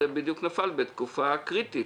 זה בדיוק נפל בתקופה קריטית,